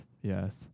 yes